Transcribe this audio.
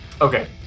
okay